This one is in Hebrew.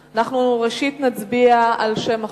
ראשית נצביע על שם החוק,